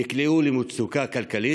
הם נקלעו למצוקה כלכלית.